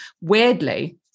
weirdly